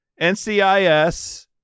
NCIS